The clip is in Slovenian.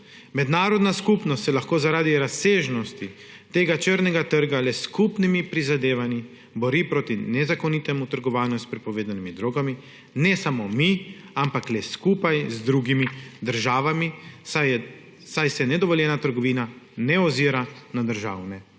Mednarodna skupnost se lahko zaradi razsežnosti tega črnega trga le s skupnimi prizadevanji bori proti nezakonitemu trgovanju s prepovedanimi drogami, ne samo mi, ampak le skupaj z drugimi državami, saj se nedovoljena trgovina ne ozira na državne meje.